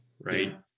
right